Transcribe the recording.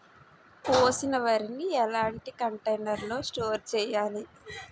కోసిన వరిని ఎలాంటి కంటైనర్ లో స్టోర్ చెయ్యాలి?